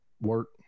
work